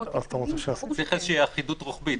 צריך שתהיה אחידות רוחבית.